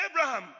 Abraham